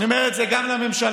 אני אומר את זה גם לממשלה,